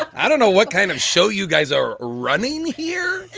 i don't know what kind of show you guys are running here